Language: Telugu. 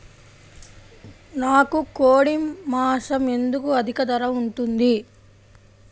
నాకు కోడి మాసం ఎందుకు అధిక ధర ఉంటుంది?